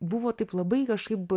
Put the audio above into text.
buvo taip labai kažkaip